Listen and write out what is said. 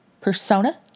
Persona